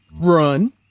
run